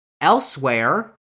Elsewhere